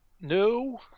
no